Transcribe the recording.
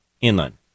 inland